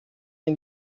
ein